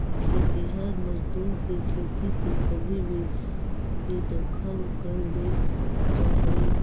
खेतिहर मजदूर के खेती से कभी भी बेदखल कैल दे जा हई